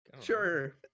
Sure